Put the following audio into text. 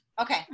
okay